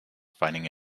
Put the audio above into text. fighting